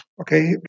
Okay